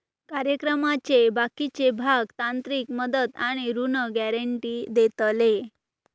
कार्यक्रमाचे बाकीचे भाग तांत्रिक मदत आणि ऋण गॅरेंटी देतले